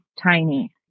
tiny